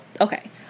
Okay